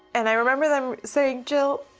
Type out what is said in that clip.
and i remember them saying, jill,